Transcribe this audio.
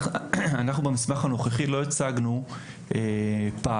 אנחנו במסמך הנוכחי לא הצגנו פער,